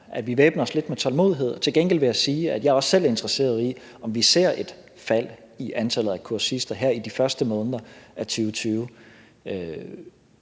at væbne sig lidt med tålmodighed. Til gengæld vil jeg sige, at jeg også selv er interesseret i, om vi ser et fald i antallet af kursister her i de første måneder af 2020,